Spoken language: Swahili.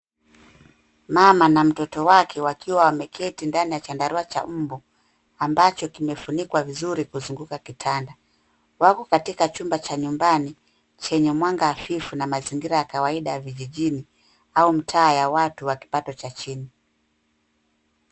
Mama na mtoto wake wakiwa wameketi ndani ya chandarua cha mbu ambacho kimefunikwa vizuri kuzunguka kutanda. Wako katika chumba cha nyumbani chenye mwanga hafifu na mazingira ya kawaida ya vijijini au mtaa ya watu wa kipato cha chini.